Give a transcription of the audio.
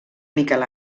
miquel